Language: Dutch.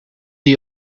die